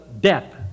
death